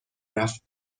رفت